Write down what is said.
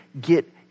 get